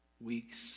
weeks